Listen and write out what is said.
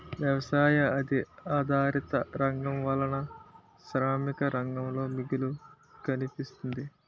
వ్యవసాయ ఆధారిత రంగం వలన శ్రామిక రంగంలో మిగులు కనిపిస్తుంది